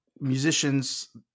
musicians